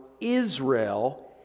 Israel